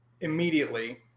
immediately